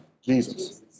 Jesus